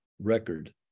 record